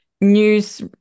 news